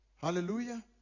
Hallelujah